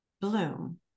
bloom